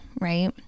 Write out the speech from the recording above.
right